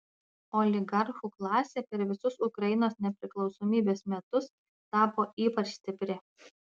oligarchų klasė per visus ukrainos nepriklausomybės metus tapo ypač stipri